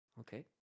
okay